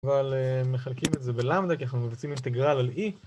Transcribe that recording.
אבל מחלקים את זה בלמדה כי אנחנו מבצעים אינטגרל על e